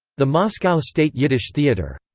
the moscow state yiddish theater.